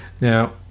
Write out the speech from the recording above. now